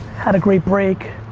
had a great break.